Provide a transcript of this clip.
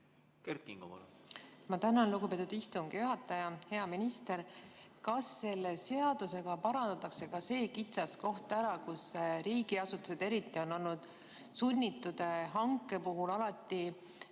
Tänan, lugupeetud istungi juhataja! Hea minister! Kas selle seadusega parandatakse ka see kitsaskoht ära, et riigiasutused eriti on olnud sunnitud hanke puhul alati valima